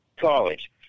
College